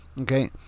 okay